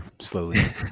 slowly